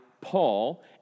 Paul